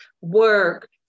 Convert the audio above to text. work